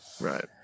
Right